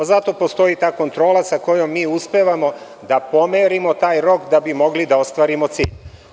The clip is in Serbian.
Zato postoji ta kontrola sa kojom mi uspevamo da pomerimo taj rok da bi mogli da ostvarimo cilj.